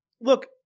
look